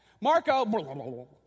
Marco